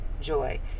joy